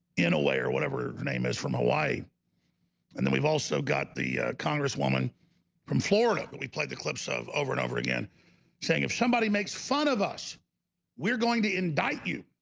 in a way or whatever, her name is from hawaii and then we've also got the congresswoman from florida but we played the clips of over and over again saying if somebody makes fun of us we're going to indict you